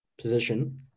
position